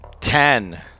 Ten